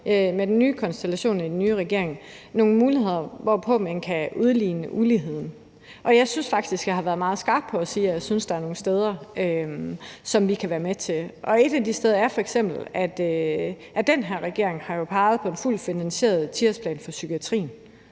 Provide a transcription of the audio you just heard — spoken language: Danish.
med den nye konstellation i den nye regering finder nogle muligheder for at kunne udligne uligheden, og jeg synes faktisk, jeg har været meget skarp på at sige, at jeg synes, der er nogle steder, hvor vi kan være med til at gøre det. Et af de steder er f.eks., at den her regering jo har peget på en fuldt finansieret 10-årsplan for psykiatrien.